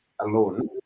alone